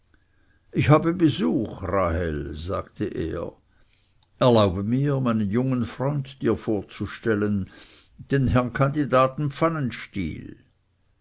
ich habe besuch rahel sagte er erlaube mir meinen jungen freund dir vorzustellen den herrn kandidaten pfannenstiel